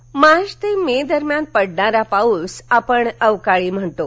पाऊस मार्च ते मे दरम्यान पडणारा पाऊस आपण अवकाळी म्हणतो